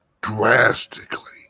drastically